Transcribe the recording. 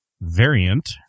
variant